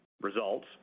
Results